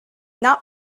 not